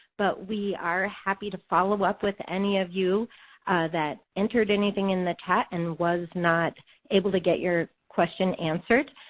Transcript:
but we are happy to follow-up with any of you that entered anything in the chat and was not able to get your question answered.